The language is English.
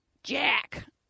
jack